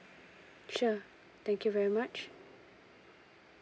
sure thank you very much